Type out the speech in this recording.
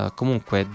comunque